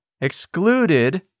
excluded